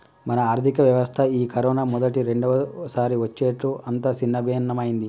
మన ఆర్థిక వ్యవస్థ ఈ కరోనా మొదటి రెండవసారి వచ్చేట్లు అంతా సిన్నభిన్నమైంది